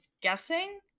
guessing